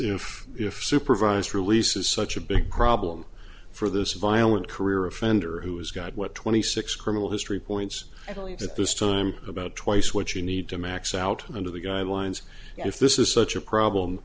if if supervised release is such a big problem for this violent career offender who has got what twenty six criminal history points i believe at this time about twice what you need to max out under the guidelines if this is such a problem